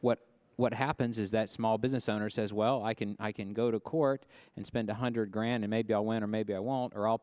what what happens is that small business owner says well i can i can go to court and spend one hundred grand maybe i'll win or maybe i won't or all